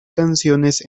canciones